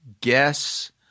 guess